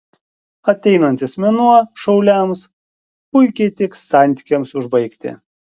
ateinantis mėnuo šauliams puikiai tiks santykiams užbaigti